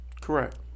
Correct